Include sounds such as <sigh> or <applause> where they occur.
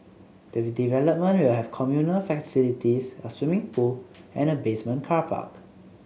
the <unintelligible> development will have communal facilities a swimming pool and a basement car park